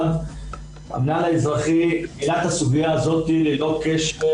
המינהל האזרחי גילה את הסוגיה הזאת ללא קשר